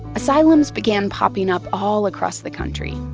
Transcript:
asylums began popping up all across the country.